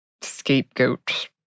scapegoat